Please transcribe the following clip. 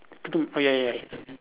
to do oh ya ya ya